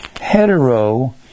Hetero